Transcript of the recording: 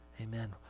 Amen